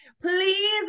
Please